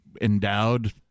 endowed